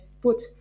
put